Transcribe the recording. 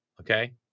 Okay